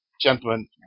Gentlemen